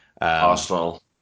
Arsenal